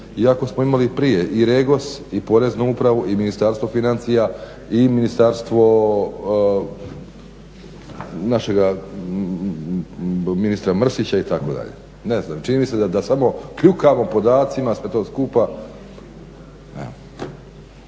Iako smo imali prije i REGOS i Poreznu upravu i Ministarstvo financija i ministarstvo našega ministra Mrsića itd. Ne znam čini mi se da samo kljukamo podacima sve to skupa.